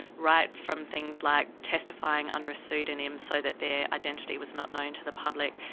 right from things like testifying under a pseudonym so that their identity was not known to the public,